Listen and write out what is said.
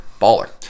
Baller